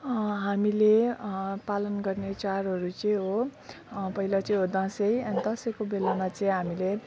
हामीले पालन गर्ने चाडहरू चाहिँ हो पहिला चाहिँ हो दसैँ अनि दसैँको बेलामा चाहिँ हामीले